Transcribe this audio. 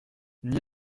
n’y